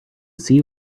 see